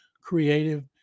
creative